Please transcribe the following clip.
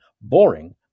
boring